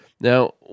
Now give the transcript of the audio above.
Now